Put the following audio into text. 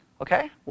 Okay